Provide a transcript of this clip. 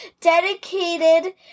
dedicated